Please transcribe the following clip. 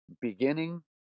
beginning